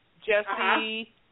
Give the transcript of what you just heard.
Jesse